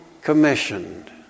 commissioned